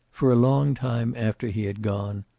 for a long time after he had gone,